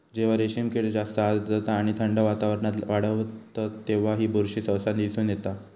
जेव्हा रेशीम किडे जास्त आर्द्रता आणि थंड वातावरणात वाढतत तेव्हा ही बुरशी सहसा दिसून येता